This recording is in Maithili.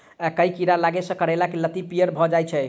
केँ कीड़ा लागै सऽ करैला केँ लत्ती पीयर भऽ जाय छै?